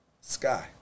Sky